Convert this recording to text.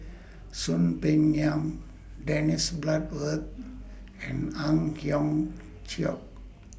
Soon Peng Yam Dennis Bloodworth and Ang Hiong Chiok